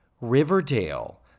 Riverdale